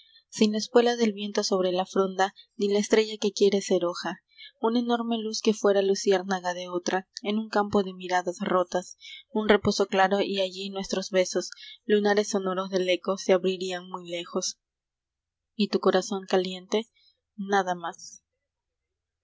la espuela del viento sobre la fronda ni la estrella que quiere ser hoja una enorme luz que fuera luciérnaga de otra en un campo de miradas rotas un reposo claro y allí nuestros besos lunares sonoros del eco se abrirían muy lejos y tu corazón caliente nada más